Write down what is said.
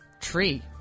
tree